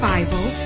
Bible